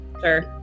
Sure